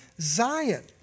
Zion